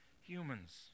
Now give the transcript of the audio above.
humans